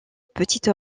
petites